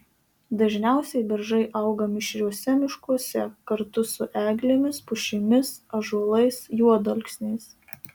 dažniausiai beržai auga mišriuose miškuose kartu su eglėmis pušimis ąžuolais juodalksniais